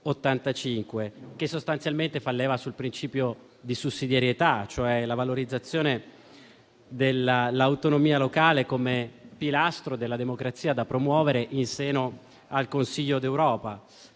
che sostanzialmente fa leva sul principio di sussidiarietà, cioè la valorizzazione dell'autonomia locale come pilastro della democrazia da promuovere in seno al Consiglio d'Europa.